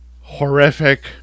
horrific